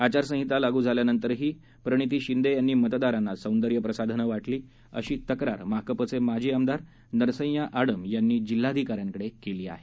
आचारसंहिता लागू झाल्यानंतरही प्रणिती शिंदें यांनी मतदारांना सौदंर्य प्रसाधनांनं वा झी अशी तक्रार माकपचे माजी आमदार नरसय्या आडम यांनी जिल्हाधिका यांकडे केली आहे